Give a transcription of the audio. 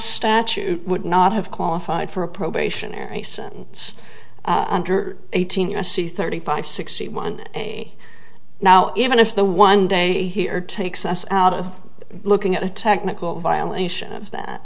statute would not have qualified for a probationary sentence under eighteen u s c thirty five sixty one now even if the one day here takes us out of looking at a technical violation of that